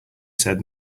said